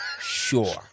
sure